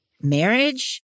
marriage